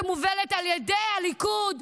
שמובלת על ידי הליכוד,